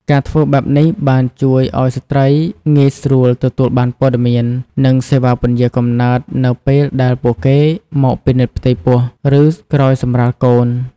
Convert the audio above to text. ការធ្វើបែបនេះបានជួយឲ្យស្ត្រីងាយស្រួលទទួលបានព័ត៌មាន និងសេវាពន្យារកំណើតនៅពេលដែលពួកគេមកពិនិត្យផ្ទៃពោះ ឬក្រោយសម្រាលកូន។